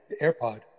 AirPod